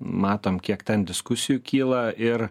matom kiek ten diskusijų kyla ir